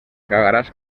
cagaràs